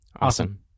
awesome